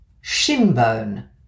Shinbone